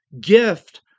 gift